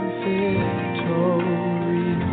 victory